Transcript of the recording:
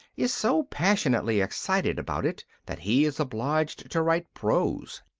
is so passionately excited about it that he is obliged to write prose.